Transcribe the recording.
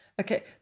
Okay